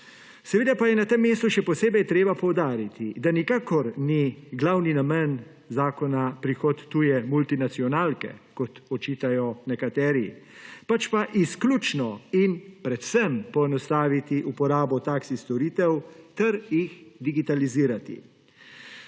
Seveda pa je na tem mestu še posebej treba poudariti, da nikakor ni glavni namen zakona prihod tuje multinacionalke, kot očitajo nekateri, pač pa izključno in predvsem poenostaviti uporabo taksi storitev ter jih digitalizirati.